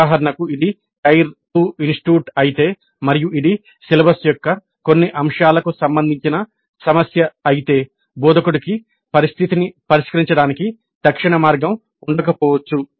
ఉదాహరణకు ఇది tier II institute అయితే మరియు ఇది సిలబస్ యొక్క కొన్ని అంశాలకు సంబంధించిన సమస్య అయితే బోధకుడికి పరిస్థితిని పరిష్కరించడానికి తక్షణ మార్గం ఉండకపోవచ్చు